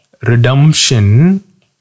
redemption